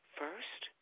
first